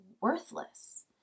worthless